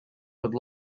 would